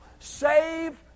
Save